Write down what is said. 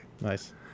Nice